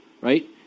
right